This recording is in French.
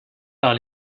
par